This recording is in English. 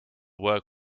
work